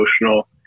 emotional